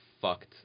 fucked